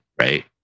right